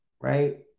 right